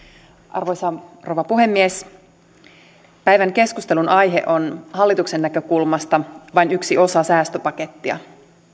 arvoisa rouva puhemies päivän keskustelunaihe on hallituksen näkökulmasta vain yksi osa säästöpakettia